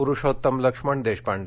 Purushottam Laxman Deshpande